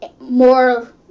more